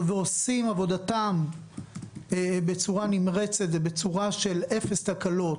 ועושים עבודתם בצורה נמרצת ובצורה של אפס תקלות